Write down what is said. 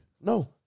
No